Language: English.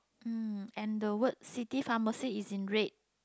um and the word city pharmacy is in red